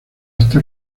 está